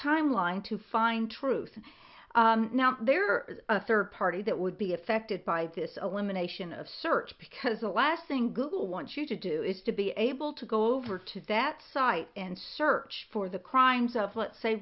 timeline to find truth and now there are a third party that would be affected by this elimination of search because the last single want you to do is to be able to go over to that site and search for the crimes of let's say